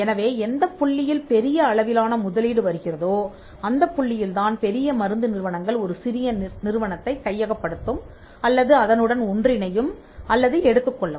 எனவே எந்தப் புள்ளியில் பெரிய அளவிலான முதலீடு வருகிறதோ அந்தப் புள்ளியில்தான் பெரிய மருந்து நிறுவனங்கள் ஒரு சிறிய நிறுவனத்தை கையகப்படுத்தும் அல்லது அதனுடன் ஒன்றிணையும் அல்லது எடுத்துக்கொள்ளும்